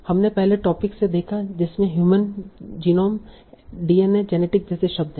हमने पहले टोपिक से देखा जिसमें ह्यूमन जीनोम डीएनए जेनेटिक जैसे शब्द हैं